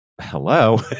hello